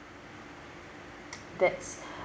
that's